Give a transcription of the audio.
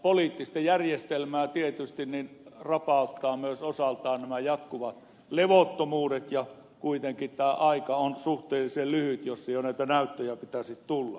poliittista järjestelmää tietysti rapauttavat myös osaltaan nämä jatkuvat levottomuudet ja kuitenkin tämä aika on suhteellisen lyhyt jossa jo näitä näyttöjä pitäisi tulla